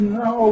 no